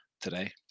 today